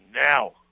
now